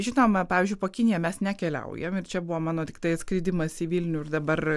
žinoma pavyzdžiui po kiniją mes nekeliaujam ir čia buvo mano tiktai atskridimas į vilnių ir dabar